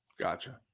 Gotcha